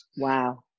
Wow